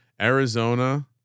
Arizona